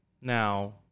Now